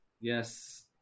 yes